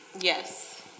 Yes